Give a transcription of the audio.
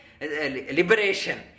liberation